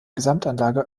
gesamtanlage